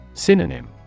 Synonym